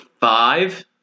five